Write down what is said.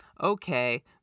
okay